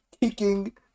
kicking